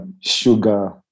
sugar